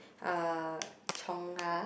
uh Chungha